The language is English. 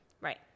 Right